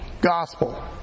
gospel